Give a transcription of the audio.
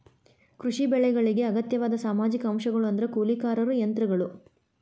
ಕೃಷಿ ಬೆಳೆಗಳಿಗೆ ಅಗತ್ಯವಾದ ಸಾಮಾಜಿಕ ಅಂಶಗಳು ಅಂದ್ರ ಕೂಲಿಕಾರರು ಯಂತ್ರಗಳು